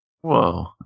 whoa